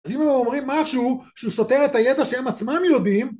אז אם הם אומרים משהו שהוא סותר את הידע שהם עצמם יודעים